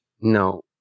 No